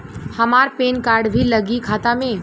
हमार PAN card भी लगी खाता में?